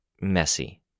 Messy